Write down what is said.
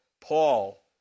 Paul